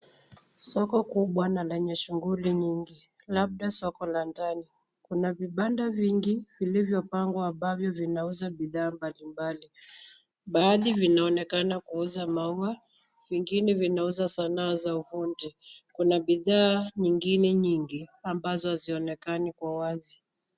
Soko kubwa na lenye shughuli nyingi, labda soko la ndani. Kuna vibanda vingi vilivyopangwa ambavyo vinauza bidhaa mbalimbali, baadhi vinaonekana kuuza maua, vingine vinauza sanaa za ufundi. Kuna bidhaa zingine nyingi ambazo hazionekani kwa uwazi.